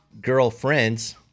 girlfriends